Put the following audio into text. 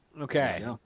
Okay